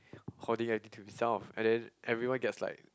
hoarding at to himself and then everyone gets like